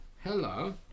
Hello